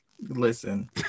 listen